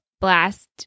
blast